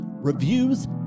reviews